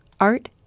art